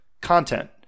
content